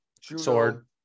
Sword